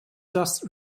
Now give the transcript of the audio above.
just